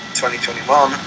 2021